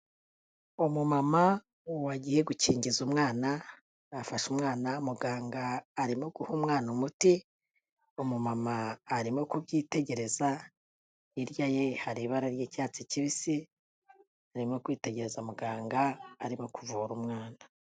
Umumama wagiye gukingiza umwana afashe umwana muganga arimo guha umwana umuti. Umumama arimo kubyitegereza. Hirya ye hari ibara ry'icyatsi kibisi. Arimo kwitegereza muganga arimo kuvura umwana.